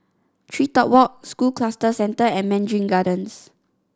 TreeTop Walk School Cluster Centre and Mandarin Gardens